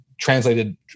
translated